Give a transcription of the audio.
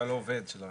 אבל אתה לא עובד שלו.